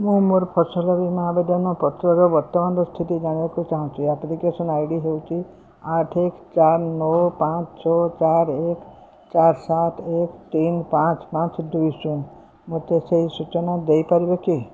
ମୁଁ ମୋର ଫସଲ ବୀମା ଆବେଦନ ପତ୍ରର ବର୍ତ୍ତମାନର ସ୍ଥିତି ଜାଣିବାକୁ ଚାହୁଁଛି ଆପ୍ଲିକେସନ୍ ଆଇ ଡି ହେଉଛି ଆଠ ଚାରି ନଅ ପାଞ୍ଚ ଛଅ ଚାରି ଏକ ଚାରି ସାତ ଏକ ତିନି ପାଞ୍ଚ ପାଞ୍ଚ ଦୁଇ ଶୂନ ମୋତେ ସେହି ସୂଚନା ଦେଇପାରିବେ କି